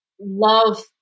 love